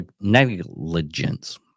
Negligence